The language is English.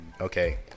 okay